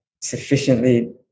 sufficiently